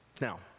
Now